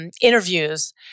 interviews